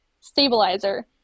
stabilizer